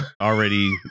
already